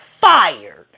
fired